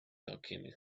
alchemist